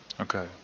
Okay